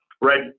right